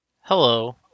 Hello